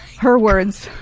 her words,